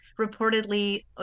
reportedly